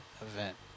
event